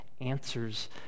answers